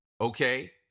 okay